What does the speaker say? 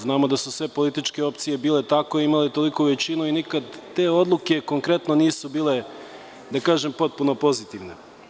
Znamo da su sve političke opcije bile takve i imale toliku većinu i nikada te odluke nisu bile potpuno pozitivne.